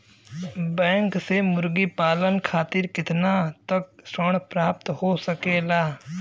Bank से मुर्गी पालन खातिर कितना तक ऋण प्राप्त हो सकेला?